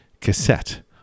cassette